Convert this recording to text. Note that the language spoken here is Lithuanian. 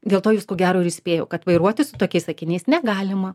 dėl to jūs ko gero ir įspėjo kad vairuoti su tokiais akiniais negalima